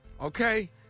okay